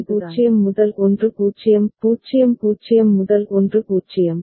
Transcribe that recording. எனவே இப்போது 0 0 முதல் 1 0 0 0 முதல் 1 0